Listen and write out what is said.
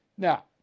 Now